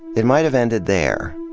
it might have ended there.